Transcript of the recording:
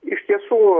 iš tiesų